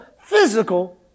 Physical